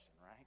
right